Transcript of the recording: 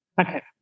okay